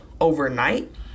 overnight